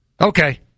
Okay